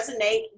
resonate